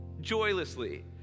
joylessly